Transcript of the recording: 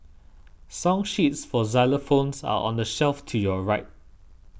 song sheets for xylophones are on the shelf to your right